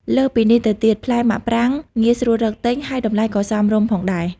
លើសពីនេះទៅទៀត ផ្លែមាក់ប្រាងងាយស្រួលរកទិញ ហើយតម្លៃក៏សមរម្យផងដែរ។